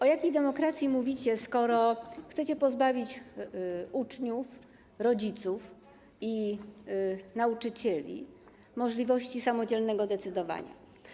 O jakiej demokracji mówicie, skoro chcecie pozbawić uczniów, rodziców i nauczycieli możliwości samodzielnego decydowania?